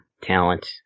talent